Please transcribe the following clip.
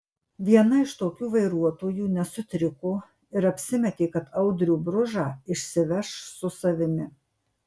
viena iš tokių vairuotojų nesutriko ir apsimetė kad audrių bružą išsiveš su savimi